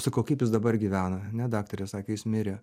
sakau kaip jis dabar gyvena ne daktarė sakė jis mirė